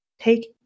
Take